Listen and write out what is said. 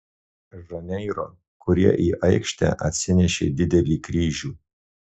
žaneiro kurie į aikštę atsinešė didelį kryžių